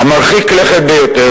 המרחיק לכת ביותר.